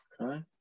Okay